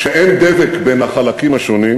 שאין דבק בין החלקים השונים,